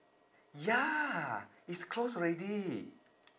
ya it's closed already